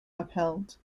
upheld